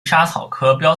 莎草科